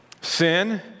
Sin